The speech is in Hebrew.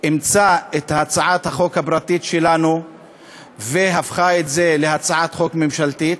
אימצה את הצעת החוק הפרטית שלנו והפכה אותה להצעת חוק ממשלתית,